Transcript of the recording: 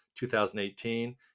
2018